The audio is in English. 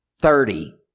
thirty